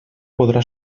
podrà